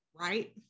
right